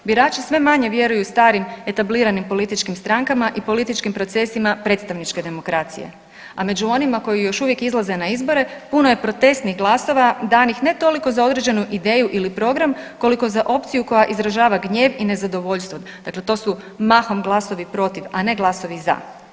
Birači sve manje vjeruju starim etabliranim političkim strankama i političkim procesima predstavničke demokracije, a među onima koji još izlaze na izbore puno je protestnih glasova danih ne toliko za određenu ideju ili program koliko za opciju koja izražava gnjev i nezadovoljstvo, dakle to su mahom glasovi protiv, a ne glasovi za.